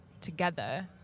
together